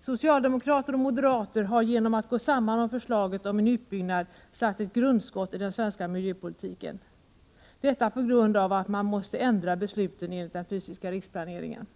Socialdemokrater och moderater har genom att gå samman om förslaget om en utbyggnad skjutit ett grundskott mot den svenska miljöpolitiken — detta på grund av att man måste ändra besluten enligt den fysiska riksplaneringen.